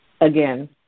Again